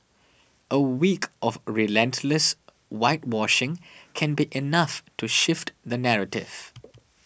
a week of relentless whitewashing can be enough to shift the narrative